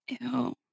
Ew